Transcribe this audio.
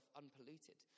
unpolluted